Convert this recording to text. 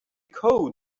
code